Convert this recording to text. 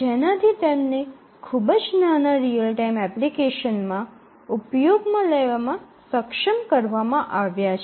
જેનાથી તેમને ખૂબ જ નાના રીઅલ ટાઇમ એપ્લિકેશનમાં ઉપયોગમાં લેવામાં સક્ષમ કરવામાં આવ્યા છે